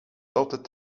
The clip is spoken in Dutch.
altijd